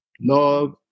love